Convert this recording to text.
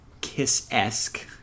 kiss-esque